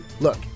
Look